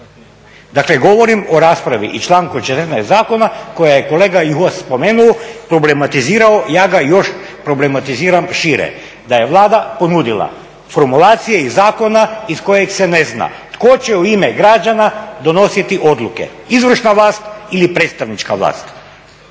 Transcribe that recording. dakle govorim o raspravi i članku 14. Zakona koje je kolega Juhas spomenuo, problematizirao i ja ga još problematiziram šire da je Vlada ponudila formulacije iz zakona iz kojeg se ne zna tko će u ime građana donositi odluke, izvršna vlast ili predstavnička vlast?